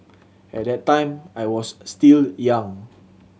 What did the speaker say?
at that time I was still young